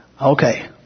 Okay